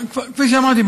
כפי שאמרתי,